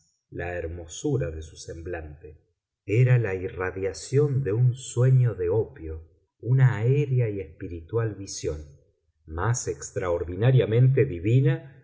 la hermosura de su semblante era la irradiación de un sueño de opio una aérea y espiritual visión más extraordinariamente divina